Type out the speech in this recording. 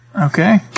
Okay